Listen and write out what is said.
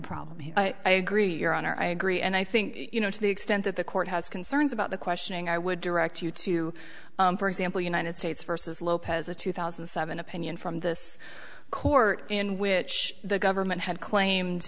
problem i agree your honor i agree and i think you know to the extent that the court has concerns about the questioning i would direct you to for example united states versus lopez a two thousand and seven opinion from this court in which the government had claimed